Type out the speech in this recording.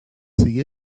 see